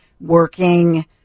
working